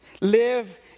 Live